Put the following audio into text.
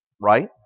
right